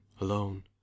alone